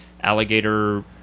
alligator